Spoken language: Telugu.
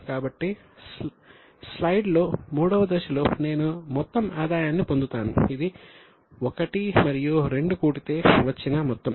కాబట్టి స్లైడ్ లో III దశలో నేను మొత్తం ఆదాయాన్ని పొందుతాను ఇది I మరియు II కూడితే వచ్చిన మొత్తం